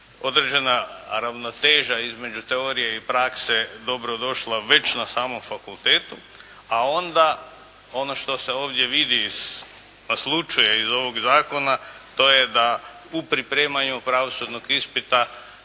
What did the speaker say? određena ravnoteža između teorije i prakse dobro došla već na samom fakultetu, a onda ono što se ovdje vidi, naslućuje iz ovog zakona, to je da u pripremanju pravosudnog ispita